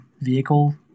vehicle